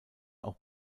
auch